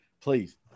please